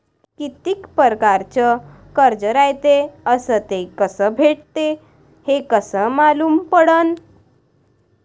कितीक परकारचं कर्ज रायते अस ते कस भेटते, हे कस मालूम पडनं?